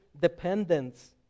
dependence